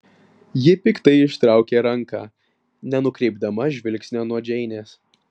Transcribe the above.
ji piktai ištraukė ranką nenukreipdama žvilgsnio nuo džeinės